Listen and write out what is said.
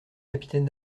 capitaine